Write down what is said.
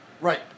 Right